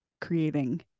creating